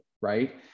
right